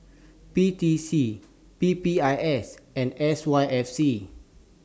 P T C P P I S and S Y F C